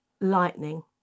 lightning